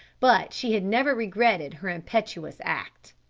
but she had never regretted her impetuous act.